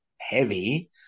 heavy